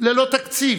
ללא תקציב.